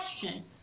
question